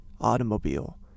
automobile